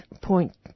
point